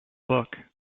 book